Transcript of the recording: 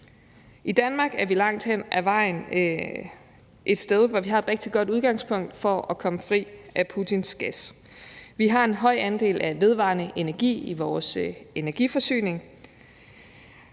I Danmark er vi langt hen ad vejen et sted, hvor vi har et rigtig godt udgangspunkt for at komme fri af Putins gas. Vi har en høj andel af vedvarende energi i vores energiforsyning,